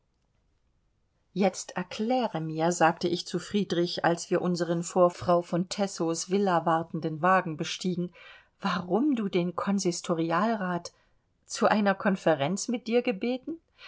jetzt erkläre mir sagte ich zu friedrich als wir unseren vor frau von tessow's villa wartenden wagen bestiegen warum du den konsistorialrat zu einer konferenz mit dir gebeten